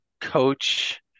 coach